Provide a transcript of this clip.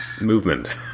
movement